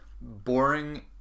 boring